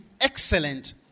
excellent